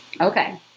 Okay